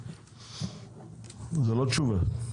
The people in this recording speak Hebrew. זו לא תשובה.